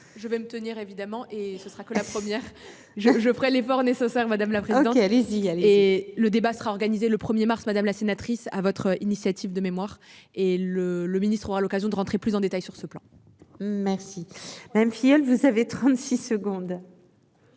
je vais me tenir évidemment et ce sera que la première je je ferais l'effort nécessaire. Madame la présidente. Allez-y, allez le débat sera organisé le 1er mars, madame la sénatrice à votre initiative de mémoire et le le ministre aura l'occasion de rentrer plus en détail sur ce plan. Merci. Même si elle vous avez 36 secondes.